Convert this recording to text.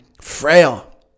frail